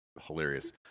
hilarious